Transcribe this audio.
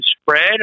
spread